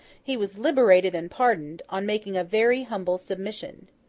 he was liberated and pardoned, on making a very humble submission.